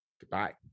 goodbye